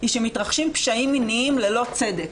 היא שמתרחשים פשעים מיניים ללא צדק,